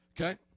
Okay